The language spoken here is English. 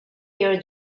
pure